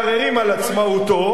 מערערים על עצמאותו,